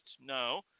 No